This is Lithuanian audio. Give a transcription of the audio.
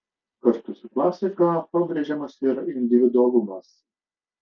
kartu su klasika pabrėžiamas ir individualumas